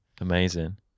amazing